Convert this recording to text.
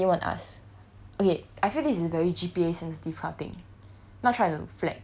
as in like initial I didn't want to ask okay I feel this is a very G_P_A sensitive kind of thing